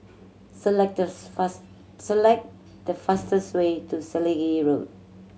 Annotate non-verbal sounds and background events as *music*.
select thus *unintelligible* select the fastest way to Selegie Road